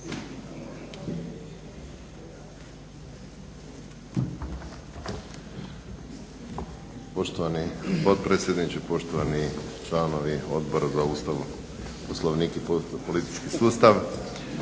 Poštovani potpredsjedniče, poštovani članovi Odbora za Ustav, Poslovnik i politički sustav.